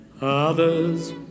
Others